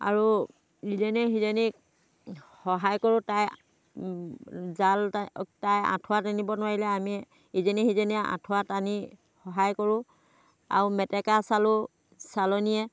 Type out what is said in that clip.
আৰু ইজনীয়ে সিজনীক সহায় কৰোঁ তাই জাল তাই তাই আঁঠুৱা টানিব নোৱাৰিলে আমি ইজনীয়ে সিজনীয়ে আঁঠুৱা টানি সহায় কৰোঁ আৰু মেটেকা চালো চালনীয়ে